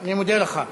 אני מודה לך.